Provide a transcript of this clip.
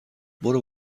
برو